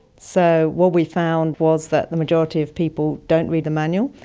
so what we found was that the majority of people don't read the manual,